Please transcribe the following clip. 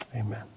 Amen